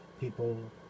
people